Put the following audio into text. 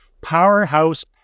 Powerhouse